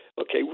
okay